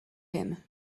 him